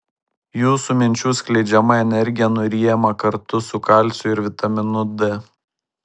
jūsų minčių skleidžiama energija nuryjama kartu su kalciu ir vitaminu d